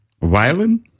Violin